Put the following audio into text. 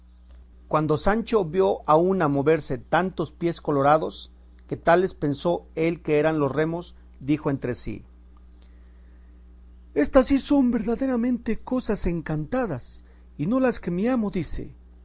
cuando sancho vio a una moverse tantos pies colorados que tales pensó él que eran los remos dijo entre sí éstas sí son verdaderamente cosas encantadas y no las que mi amo dice